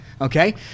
Okay